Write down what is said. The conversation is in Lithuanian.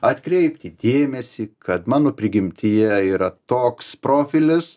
atkreipkit dėmesį kad mano prigimtyje yra toks profilis